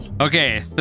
Okay